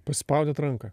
paspaudėt ranką